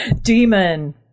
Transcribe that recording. Demon